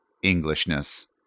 Englishness